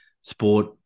sport